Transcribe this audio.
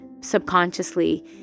subconsciously